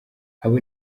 abo